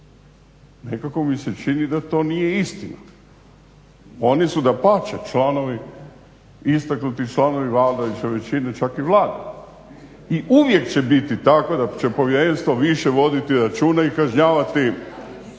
Nekako mi se čini da to nije istina. Oni su dapače članovi istaknuti članovi vladajuće većine čak i Vlade. I uvijek će biti tako da će povjerenstvo više voditi računa i kažnjavati one